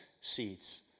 seeds